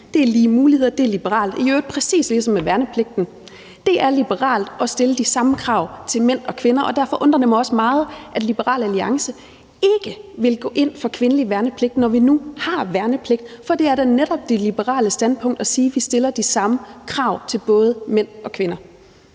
Det er lige muligheder, og det er liberalt. Det er i øvrigt præcis ligesom med værnepligten, altså at det er liberalt at stille de samme krav til mænd og kvinder, og derfor undrer det mig også meget, at Liberal Alliance ikke vil gå ind for kvindelig værnepligt, når vi nu har værnepligt. For det er da netop det liberale standpunkt at sige, at vi stiller de samme krav til mænd og kvinder.